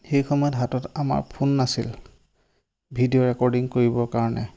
সেই সময়ত হাতত আমাৰ ফোন নাছিল ভিডিঅ' ৰেকৰ্ডিং কৰিবৰ কাৰণে